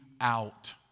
out